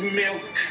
milk